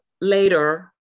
later